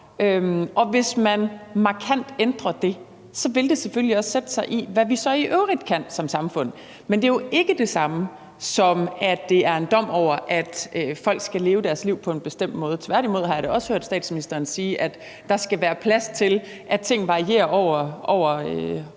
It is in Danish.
Hvis man ændrer det markant, vil det selvfølgelig også sætte sig i, hvad vi så i øvrigt kan som samfund. Men det er jo ikke det samme, som at det er en dom over folk, og at de skal leve deres liv på en bestemt måde. Tværtimod har jeg da også hørt statsministeren sige, at der skal være plads til, at ting varierer gennem